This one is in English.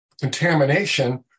contamination